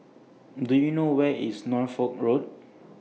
Do YOU know Where IS Norfolk Road